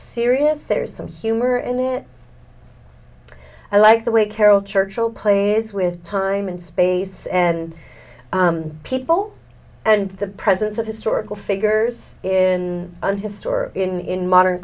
serious there's some humor in it i like the way carol churchill plays with time and space and people and the presence of historical figures in an